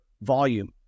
volume